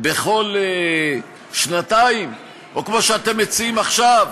בכל שנתיים, או כמו שאתם מציעים עכשיו,